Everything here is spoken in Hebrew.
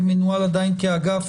שמנוהל עדיין כאגף,